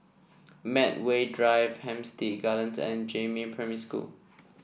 Medway Drive Hampstead Gardens and Jiemin Primary School